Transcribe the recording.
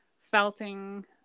felting